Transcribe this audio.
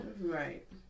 Right